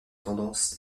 tendance